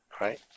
Right